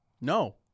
No